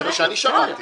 זה מה שאני שמעתי.